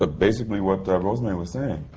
ah basically, what rosemary was saying.